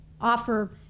offer